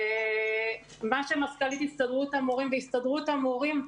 מה שמזכ"לית הסתדרות המורים והסתדרות המורים,